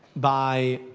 by